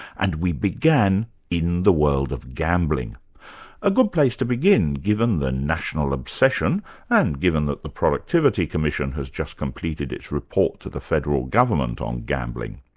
and we began in the world of gambling a good place to begin, given the national obsession and given that the productivity commission has just completed its report to the federal government on gambling.